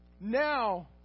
now